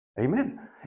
Amen